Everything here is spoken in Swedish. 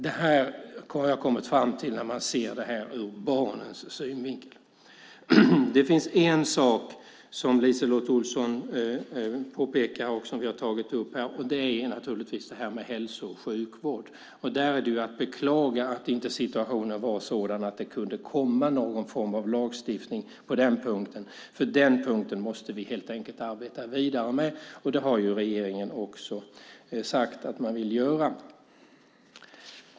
Det här har jag kommit fram till när man ser det ur barnens synvinkel. Det finns en sak som LiseLotte Olsson påpekar och som vi har tagit upp här, och det här naturligtvis det här med hälso och sjukvård. Där är det att beklaga att situationen inte var sådan att det kunde komma någon form av lagstiftning, för den punkten måste vi helt enkelt arbeta vidare med. Det har regeringen också sagt att man vill göra.